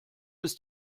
ist